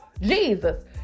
Jesus